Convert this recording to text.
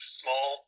small